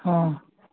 हँ